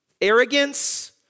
arrogance